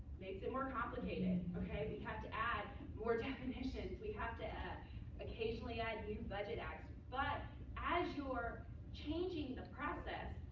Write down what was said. makes it more complicated. ok? we have to add more definitions. we have to occasionally add new budget acts. but as you're changing the process,